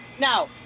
Now